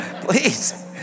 please